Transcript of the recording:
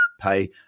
pay